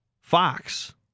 Fox